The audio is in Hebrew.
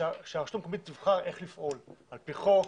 ושהרשות המקומית תבחר איך לפעול על פי חוק,